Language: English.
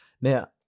Now